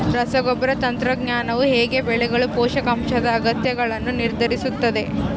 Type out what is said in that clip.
ರಸಗೊಬ್ಬರ ತಂತ್ರಜ್ಞಾನವು ಹೇಗೆ ಬೆಳೆಗಳ ಪೋಷಕಾಂಶದ ಅಗತ್ಯಗಳನ್ನು ನಿರ್ಧರಿಸುತ್ತದೆ?